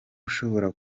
ushobora